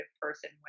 person